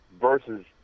versus